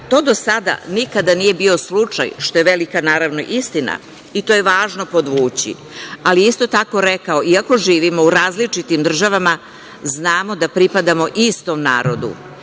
To do sada nikada nije bio slučaj, što je velika, naravno, istina i to je važno podvući. Isto tako je rekao – iako živimo u različitim državama, znamo da pripadamo istom narodu.